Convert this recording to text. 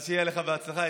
אז שיהיה לך בהצלחה.